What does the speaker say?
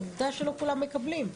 עובדה שלא כולם מקבלים.